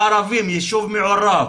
יישוב מעורב